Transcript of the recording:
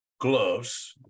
Gloves